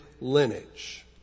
lineage